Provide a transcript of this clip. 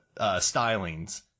stylings